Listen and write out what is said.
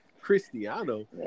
Cristiano